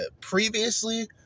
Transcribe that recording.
previously